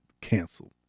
canceled